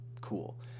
cool